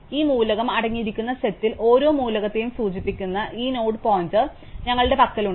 അതിനാൽ ഈ മൂലകം അടങ്ങിയിരിക്കുന്ന സെറ്റിൽ ഓരോ മൂലകത്തെയും സൂചിപ്പിക്കുന്ന ഈ നോഡ് പോയിന്റർ ഞങ്ങളുടെ പക്കലുണ്ട്